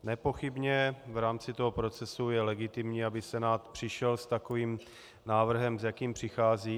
Nepochybně v rámci toho procesu je legitimní, aby Senát přišel s takovým návrhem, s jakým přichází.